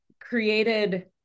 created